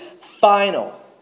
final